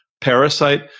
parasite